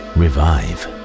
revive